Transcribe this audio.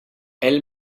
elle